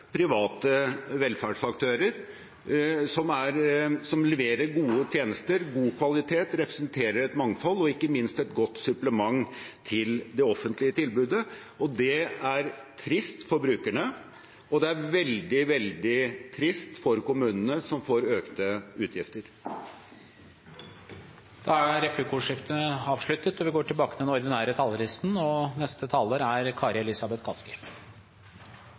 private velferdsaktører, som leverer gode tjenester, god kvalitet, representerer et mangfold og ikke minst er et godt supplement til det offentlige tilbudet. Det er trist for brukerne, og det er veldig, veldig trist for kommunene, som får økte utgifter. Replikkordskiftet er avsluttet. I dag vedtas det et rød-grønt budsjett, og jeg vil takke Arbeiderpartiet og Senterpartiet for gode, tøffe og